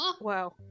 Wow